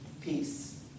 Peace